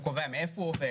הוא קובע מאיפה הוא עובד,